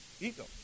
ego